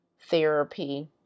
therapy